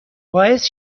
باعث